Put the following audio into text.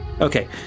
Okay